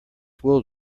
wool